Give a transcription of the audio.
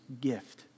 gift